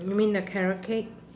you mean the carrot cake